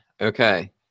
okay